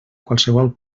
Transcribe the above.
qualsevol